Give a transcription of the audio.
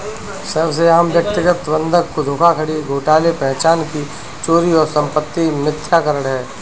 सबसे आम व्यक्तिगत बंधक धोखाधड़ी घोटाले पहचान की चोरी और संपत्ति मिथ्याकरण है